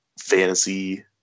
fantasy